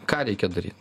ką reikia daryt